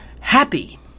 happy